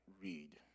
read